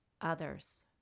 others